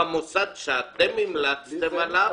במוסד שהמלצתם עליו,